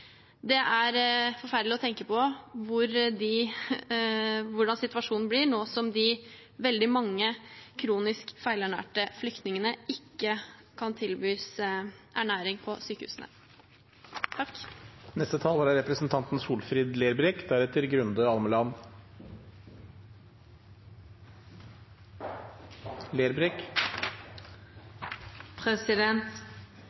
Det er forferdelig å tenke på hvordan situasjonen blir nå som de veldig mange kronisk feilernærte flyktningene ikke kan tilbys ernæring på sykehusene. EU-domstolen konkluderte i februar 2018 med at territoriet Vest-Sahara er